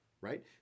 right